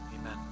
Amen